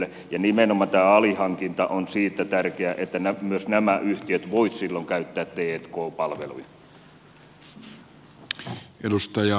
ja nimenomaan tämä alihankinta on siitä tärkeä että myös nämä yhtiöt voisivat silloin käyttää t k palveluja